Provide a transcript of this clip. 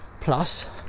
plus